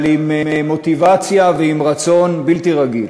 אבל עם מוטיבציה ורצון בלתי רגיל.